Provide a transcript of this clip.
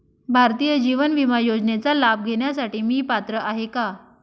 भारतीय जीवन विमा योजनेचा लाभ घेण्यासाठी मी पात्र आहे का?